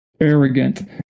arrogant